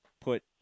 put